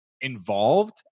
involved